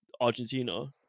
Argentina